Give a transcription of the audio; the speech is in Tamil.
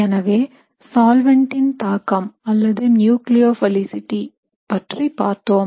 எனவே சால்வெண்ட் ன் தாக்கம் அல்லது nucleophilicity பற்றி பார்த்தோம்